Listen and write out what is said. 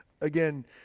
again